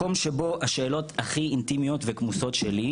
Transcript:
מקום שבו השאלות הכי אינטימיות וכמוסות שלי,